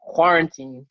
Quarantine